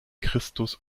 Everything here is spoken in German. christus